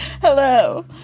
Hello